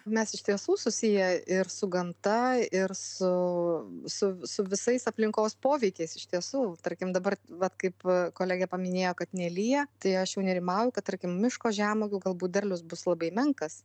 mes iš tiesų susiję ir su gamta ir su su su visais aplinkos poveikiais iš tiesų tarkim dabar vat kaip kolegė paminėjo kad nelyja tai aš jau nerimauju kad tarkim miško žemuogių galbūt derlius bus labai menkas